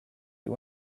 you